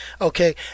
okay